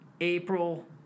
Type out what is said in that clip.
April